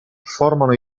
formano